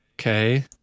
okay